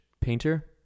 painter